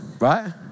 Right